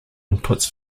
inputs